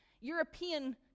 European